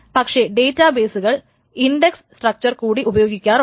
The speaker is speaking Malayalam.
പക്ഷേ ഡേറ്റാബേസ്സുകൾ ഇൻഡക്സ് സ്ട്രക്ച്ചർ കൂടി ഉപയോഗിക്കാറുണ്ട്